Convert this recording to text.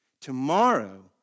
Tomorrow